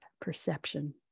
perception